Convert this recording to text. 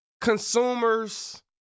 consumers